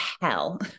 hell